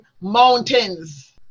mountains